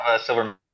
silver